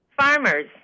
farmers